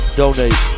donate